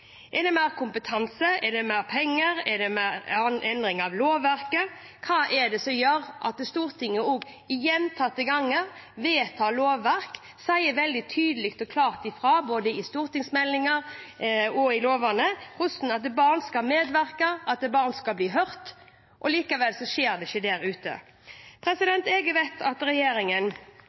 er det mer kompetanse, mer penger, endring av lovverket? Hva er det som gjør at Stortinget gjentatte ganger vedtar lovverk og sier veldig tydelig og klart ifra om, både i stortingsmeldinger og i lovene, at barn skal medvirke og bli hørt, men likevel skjer det ikke der ute? Jeg vet at regjeringen